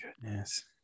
Goodness